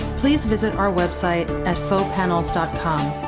please visit our website at fauxpanels com.